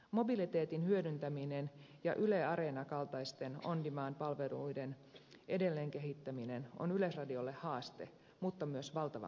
mobiliteetin hyödyntäminen ja yle areena kaltaisten on demand palveluiden edelleen kehittäminen on yleisradiolle haaste mutta myös valtava mahdollisuus